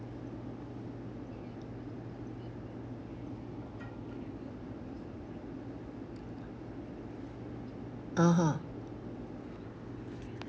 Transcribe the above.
(uh huh)